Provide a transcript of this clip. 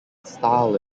style